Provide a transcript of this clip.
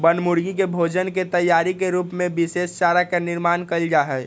बनमुर्गी के भोजन के तैयारी के रूप में विशेष चारा के निर्माण कइल जाहई